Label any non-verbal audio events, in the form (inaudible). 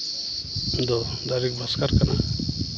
ᱫᱚ (unintelligible) ᱠᱟᱱᱟ